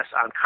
on